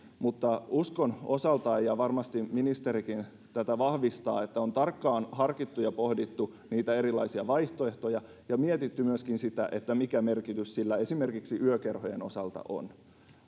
mutta uskon osaltani ja varmasti ministerikin tätä vahvistaa että on tarkkaan harkittu ja pohdittu niitä erilaisia vaihtoehtoja ja mietitty myöskin sitä mikä merkitys sillä esimerkiksi yökerhojen osalta on